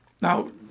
now